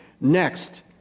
next